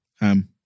Ham